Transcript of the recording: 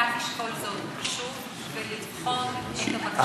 לשקול זאת שוב כדי לבחון את הבקשה,